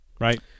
right